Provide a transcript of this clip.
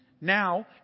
Now